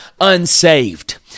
unsaved